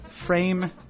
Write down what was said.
frame